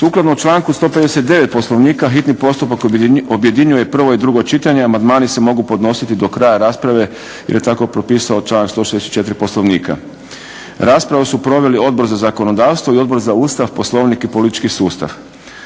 Sukladno članku 159. Poslovnika hitni postupak objedinjuje prvo i drugo čitanje. Amandmani se mogu podnositi do kraja rasprave jer je tako propisao članak 164. Poslovnika. Raspravu su proveli Odbor za zakonodavstvo, Odbor za Ustav, Poslovnik i politički sustav.